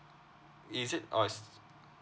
is it orh is